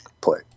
play